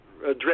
address